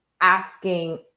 asking